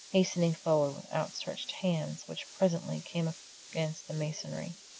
hastening forward with outstretched hands which presently came against the masonry.